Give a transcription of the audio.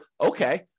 okay